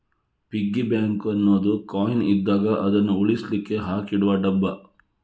piggy bank ಅನ್ನುದು coin ಇದ್ದಾಗ ಅದನ್ನು ಉಳಿಸ್ಲಿಕ್ಕೆ ಹಾಕಿಡುವ ಡಬ್ಬ